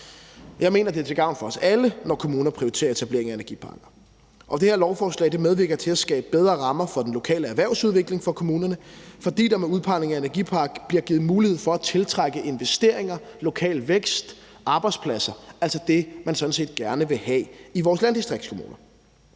Jeg mener, at det er til gavn for os alle, når kommuner prioriterer etablering af energiparker, og det her lovforslag medvirker til at skabe bedre rammer for den lokale erhvervsudvikling i kommunerne, fordi der med udpegning af en energipark bliver givet mulighed for at tiltrække investeringer og skabe lokal vækst og arbejdspladser, altså det, man sådan set gerne vil have i vores landdistriktskommuner.